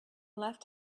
left